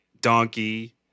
donkey